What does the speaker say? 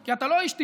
כי אתה לא איש טיפש.